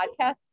podcast